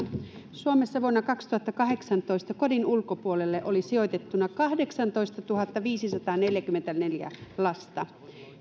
suomessa vuonna kaksituhattakahdeksantoista kodin ulkopuolelle oli sijoitettuna kahdeksantoistatuhattaviisisataaneljäkymmentäneljä lasta ja